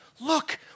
Look